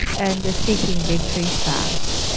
and the seeking victory fast.